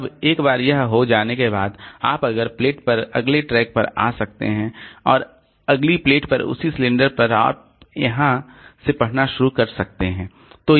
अब एक बार यह हो जाने के बाद आप अगली प्लेट पर अगले ट्रैक पर आ सकते हैं और अगली प्लेट पर उसी सिलेंडर पर और आप वहां से पढ़ना शुरू कर सकते हैं